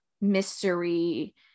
mystery